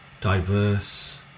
diverse